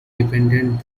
dependent